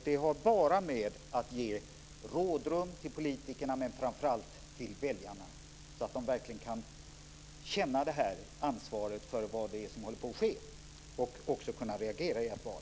Det var bara för att ge rådrum till politikerna men framför allt till väljarna så att de verkligen kan känna ansvaret för vad som håller på att ske och kunna reagera i ett val.